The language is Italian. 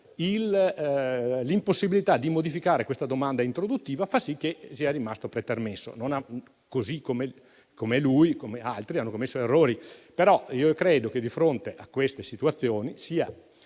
l'impossibilità di modificare questa domanda introduttiva, fa sì che sia rimasto pretermesso. Lui, così come altri, ha commesso degli errori; credo però che di fronte a queste situazioni sia